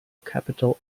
capital